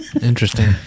Interesting